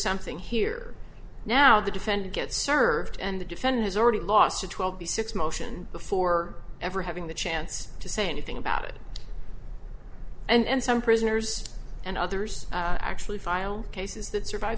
something here now the defendant gets served and the defendant has already lost a twelve b six motion before ever having the chance to say anything about it and some prisoners and others actually file cases that survive